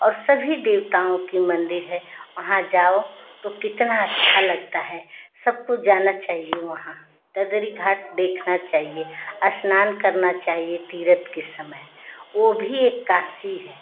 और सभी देवताओं के मंदिर है वहाँ जाओ तो कितना अच्छा लगता है सबको जाना चाहिए वहाँ ददरी घाट देखना चाहिए स्नान करना चाहिए तीर्थ के समय वो भी एक काशी है